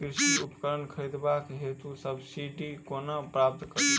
कृषि उपकरण खरीदबाक हेतु सब्सिडी कोना प्राप्त कड़ी?